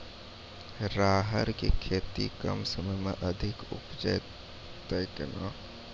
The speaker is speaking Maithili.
राहर की खेती कम समय मे अधिक उपजे तय केना?